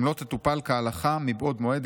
אם לא תטופל כהלכה מבעוד מועד,